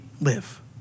live